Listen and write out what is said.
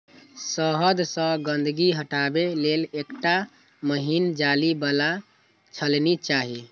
शहद सं गंदगी हटाबै लेल एकटा महीन जाली बला छलनी चाही